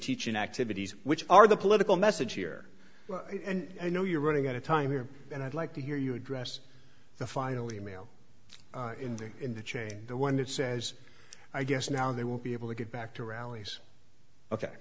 teaching activities which are the political message here and i know you're running out of time here and i'd like to hear you address the final e mail in the in the chain the one that says i guess now they will be able to get back to rallies ok